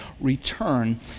return